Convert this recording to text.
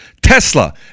Tesla